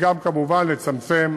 וגם כמובן לצמצם